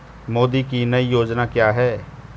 मोदी की नई योजना क्या है?